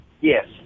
Yes